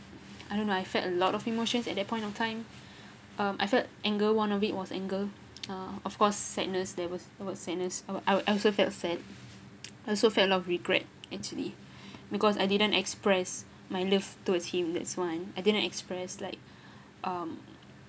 I don't know I felt a lot of emotions at that point of time um I felt anger one of it was anger uh of course sadness there was sadness I I also felt sad I also felt a lot of regret actually because I didn't express my love towards him that's one I didn't express like um